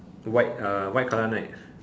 white uh white colour [one] right